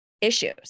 issues